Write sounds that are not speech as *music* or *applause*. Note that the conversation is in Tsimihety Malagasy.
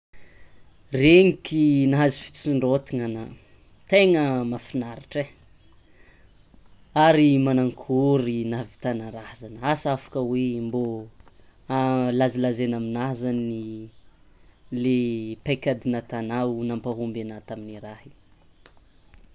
Reniky nahazo fisondrotana anao tegna mahafinaritra e, ary manankôry nahavitanao raha zany, asa afaka hoe mbô *hesitation* lazalazaina aminah zany le paikady nataonao nampahomby ana tamy raha igny.